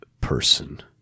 person